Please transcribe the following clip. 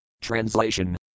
Translation